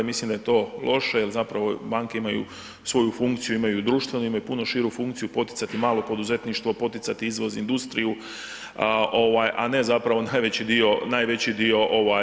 Mislim da je to loše jel zapravo banke imaju svoju funkciju, imaju društvenu imaju puno širu funkciju poticati malo poduzetništvo, poticati izvoz, industriju, a ne najveći dio.